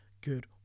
good